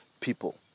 people